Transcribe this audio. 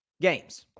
games